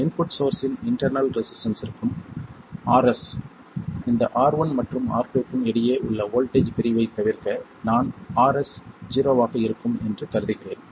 input சோர்ஸ்ஸின் internal ரெசிஸ்டன்ஸ்ற்கும் Rs இந்த R1 மற்றும் R2 க்கும் இடையே உள்ள வோல்ட்டேஜ் பிரிவைத் தவிர்க்க நான் Rs ஜீரோவாக இருக்கும் என்று கருதுகிறேன்